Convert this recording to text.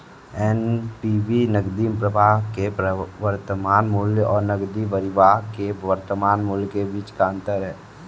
NPV नकदी प्रवाह के वर्तमान मूल्य और नकदी बहिर्वाह के वर्तमान मूल्य के बीच का अंतर है